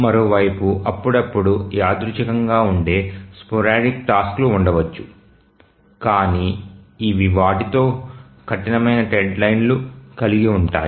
మరోవైపు అప్పుడప్పుడు యాదృచ్ఛికంగా ఉండే స్పోరాడిక్ టాస్క్లు ఉండవచ్చు కానీ ఇవి వాటితో కఠినమైన డెడ్లైన్లను కలిగి ఉంటాయి